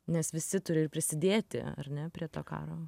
nes visi turi ir prisidėti ar ne prie to karo